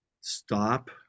Stop